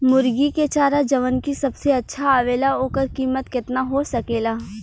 मुर्गी के चारा जवन की सबसे अच्छा आवेला ओकर कीमत केतना हो सकेला?